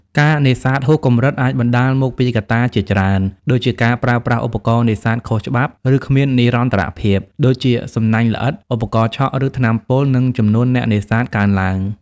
ការនេសាទហួសកម្រិតអាចបណ្ដាលមកពីកត្តាជាច្រើន ដូចជាការប្រើប្រាស់ឧបករណ៍នេសាទខុសច្បាប់ ឬគ្មាននិរន្តរភាព ដូចជាសំណាញ់ល្អិត ឧបករណ៍ឆក់ ឬថ្នាំពុល និងចំនួនអ្នកនេសាទកើនឡើង។